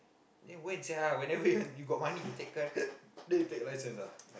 then when sia whenever you got money to take car then you take license lah